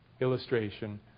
illustration